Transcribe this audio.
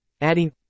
adding